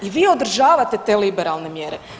I vi održavate te liberalne mjere.